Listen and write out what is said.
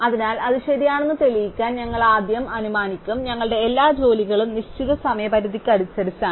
അതിനാൽ അത് ശരിയാണെന്ന് തെളിയിക്കാൻ ഞങ്ങൾ ആദ്യം അനുമാനിക്കും ഞങ്ങളുടെ എല്ലാ ജോലികളും നിശ്ചിത സമയപരിധിക്ക് അനുസരിച്ചാണ്